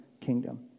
kingdom